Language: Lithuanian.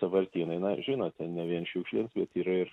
sąvartynai na žinot ten ne vien šiukšlės bet yra ir